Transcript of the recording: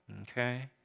Okay